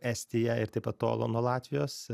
estiją ir taip pat tolo nuo latvijos